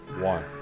one